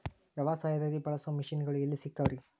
ವ್ಯವಸಾಯದಲ್ಲಿ ಬಳಸೋ ಮಿಷನ್ ಗಳು ಎಲ್ಲಿ ಸಿಗ್ತಾವ್ ರೇ?